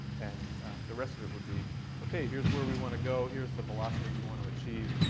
and the rest of it would be ok, here's where we want to go, here's the velocity we want to achieve.